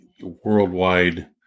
worldwide